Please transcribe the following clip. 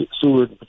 Seward